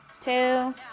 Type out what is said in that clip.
Two